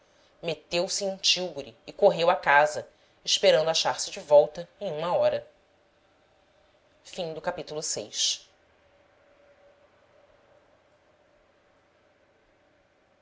assiduidade meteu-se em um tílburi e correu a casa esperando achar-se de volta em uma hora